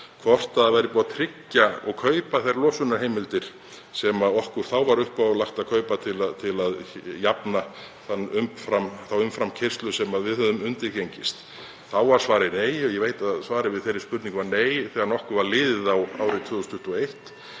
hvort búið væri að tryggja og kaupa þær losunarheimildir sem okkur var þá uppálagt að kaupa til að jafna þá umframkeyrslu sem við höfum undirgengist. Þá var svarið nei og ég veit að svarið við þeirri spurningu var nei þegar nokkuð var liðið á árið 2021.